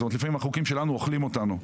זאת אומרת, לפעמים החוקים שלנו אוכלים אותנו.